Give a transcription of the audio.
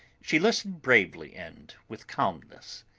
she listened bravely and with calmness.